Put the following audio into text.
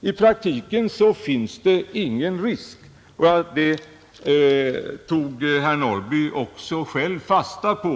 I praktiken finns det ingen risk, och det tog herr Norrby också själv fasta på.